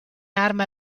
arma